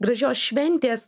gražios šventės